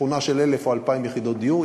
שכונה של 1,000 או 2,000 יחידות דיור,